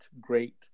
great